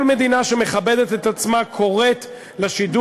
כל מדינה שמכבדת את עצמה קוראת לשידור